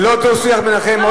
זה לא דו-שיח ביניכם.